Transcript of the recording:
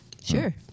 Sure